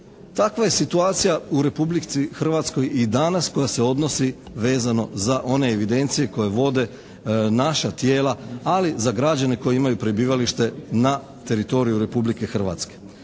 takva je situacija u Republici Hrvatskoj i danas koja se odnosi vezano za one evidencije koje vode naša tijela, ali za građane koji imaju prebivalište na teritoriju Republike Hrvatske.